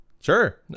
sure